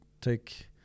take